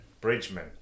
Bridgman